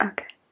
Okay